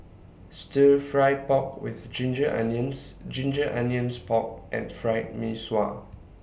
Stir Fry Pork with Ginger Onions Ginger Onions Pork and Fried Mee Sua